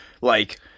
like-